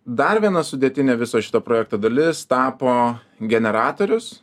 dar viena sudėtinė viso šito projekto dalis tapo generatorius